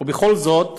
ובכל זאת,